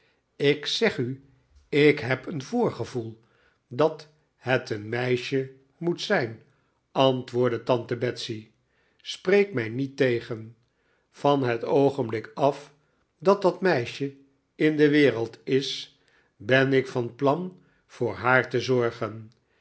ik zeg u ik heb een voorgevoel dat het een meisje moet zijn antwoordde tante betsey spreek mij niet tegen van het oogenblik af dat dat meisje in de wereld is ben ik van plan voor haar te zorgen